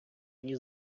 мені